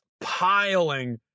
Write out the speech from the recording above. piling